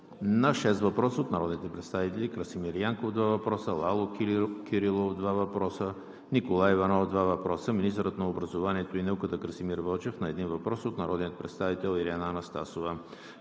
шест въпроса от народните представители Красимир Янков (два въпроса); Лало Кирилов (два въпроса); Николай Иванов (два въпроса); - министърът на образованието и науката Красимир Вълчев – на един въпрос от народния представител Ирена Анастасова;